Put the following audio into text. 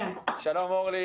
שלום לך,